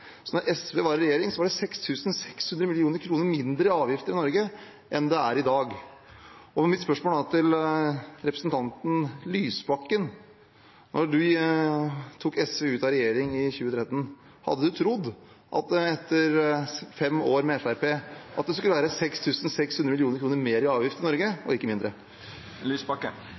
Så da SV var i regjering var det 6 600 mill. kr mindre i avgifter i Norge enn det er i dag. Mitt spørsmål til representanten Lysbakken er: Da SV gikk ut av regjering i 2013 – hadde han trodd at etter fem år med Fremskrittspartiet i regjering skulle det være 6 600 mill. kr mer i avgifter i Norge, og ikke mindre?